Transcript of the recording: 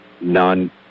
None